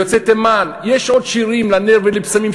יוצא תימן, יש עוד שירים, לנר ולבשמים.